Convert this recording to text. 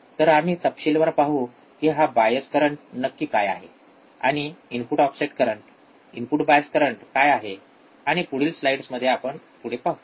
तर आम्ही तपशीलवार पाहू की हा बायस करंट नक्की काय आहे आणि input offset current input bias current काय आहे आणि पुढील स्लाइड्स मध्ये पुढे पाहू